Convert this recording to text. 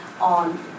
on